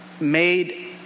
made